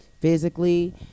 physically